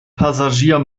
passagier